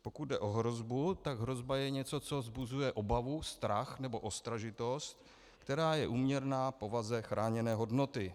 Pokud jde o hrozbu, tak hrozba je něco, co vzbuzuje obavu, strach nebo ostražitost, která je úměrná povaze chráněné hodnoty.